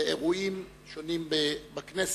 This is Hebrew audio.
ואירועים שונים בכנסת.